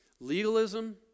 Legalism